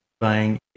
buying